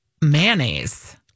mayonnaise